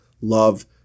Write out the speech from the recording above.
love